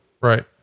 Right